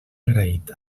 agraït